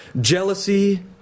Jealousy